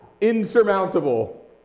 insurmountable